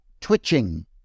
twitching